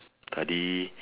study